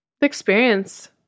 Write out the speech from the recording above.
experience